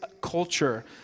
culture